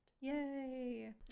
Yay